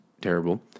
terrible